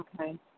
okay